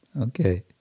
Okay